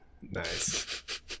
Nice